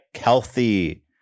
healthy